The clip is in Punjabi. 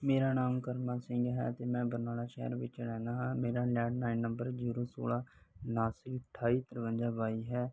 ਮੇਰਾ ਨਾਮ ਕਰਮਾ ਸਿੰਘ ਹੈ ਮੈਂ ਬਰਨਾਲਾ ਸ਼ਹਿਰ ਵਿਚ ਰਹਿੰਦਾ ਹਾਂ ਮੇਰਾ ਲੈੰਡ ਲਈਨ ਨੰਬਰ ਜ਼ੀਰੋ ਸੋਲਾਂ ਉਨਾਸੀ ਅਠਾਈ ਤਾਰਵੰਜਾ ਬਾਈ ਹੈ